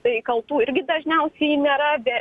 tai kaltų irgi dažniausiai nėra be